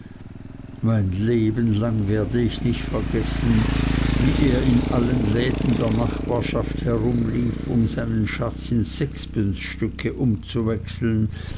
mein leben lang werde ich nicht vergessen wie er in allen läden der nachbarschaft herumlief um seinen schatz in sixpencestücke umzuwechseln